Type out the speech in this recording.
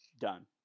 Done